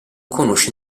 conosce